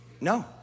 No